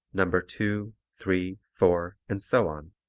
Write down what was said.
number two, three, four and so on.